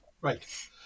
Right